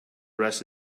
rest